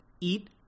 Eat